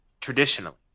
traditionally